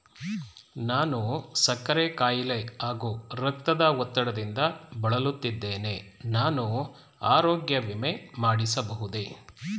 ನಾನು ಸಕ್ಕರೆ ಖಾಯಿಲೆ ಹಾಗೂ ರಕ್ತದ ಒತ್ತಡದಿಂದ ಬಳಲುತ್ತಿದ್ದೇನೆ ನಾನು ಆರೋಗ್ಯ ವಿಮೆ ಮಾಡಿಸಬಹುದೇ?